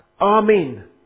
Amen